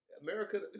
America